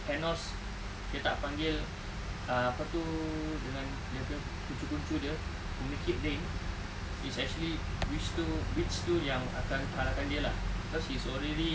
thanos dia tak panggil ah apa tu dengan dia punya kuncu-kuncu dia who make it link it's actually witch tu witch tu yang akan kalahkan dia lah cause he's already